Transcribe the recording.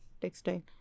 textile